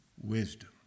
wisdom